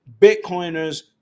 Bitcoiners